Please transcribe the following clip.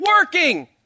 working